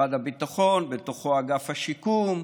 משרד הביטחון, ובתוכו אגף השיקום,